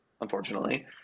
unfortunately